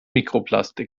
mikroplastik